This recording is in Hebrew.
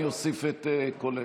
אני אוסיף את קולך.